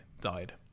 died